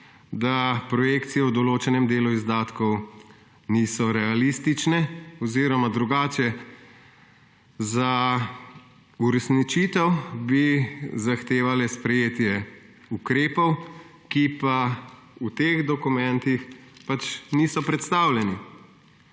da projekcije v določenem delu izdatkov niso realistične, oziroma drugače, za uresničitev bi zahtevale sprejetje ukrepov, ki pa v teh dokumentih pač niso predstavljeni.